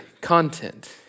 content